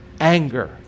anger